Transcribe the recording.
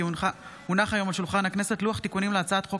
כי הונח היום על שולחן הכנסת לוח תיקונים להצעת חוק